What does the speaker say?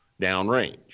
downrange